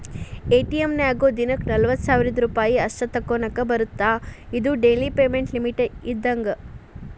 ATM ನ್ಯಾಗು ದಿನಕ್ಕ ನಲವತ್ತ ಸಾವಿರ್ ರೂಪಾಯಿ ಅಷ್ಟ ತೋಕೋನಾಕಾ ಬರತ್ತಾ ಇದು ಡೆಲಿ ಪೇಮೆಂಟ್ ಲಿಮಿಟ್ ಇದ್ದಂಗ